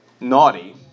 naughty